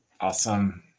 Awesome